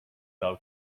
thou